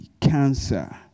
cancer